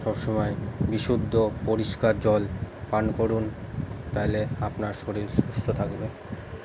সবসময় বিশুদ্ধ পরিষ্কার জল পান করুন তাইলে আপনার শরীর সুস্থ থাকবে